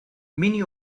many